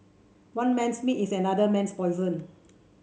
one man's meat is another man's poison